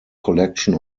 collection